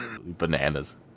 Bananas